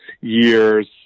years